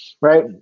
right